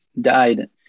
died